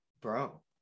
bro